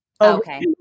okay